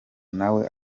nawe